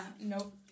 nope